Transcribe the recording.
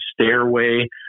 stairway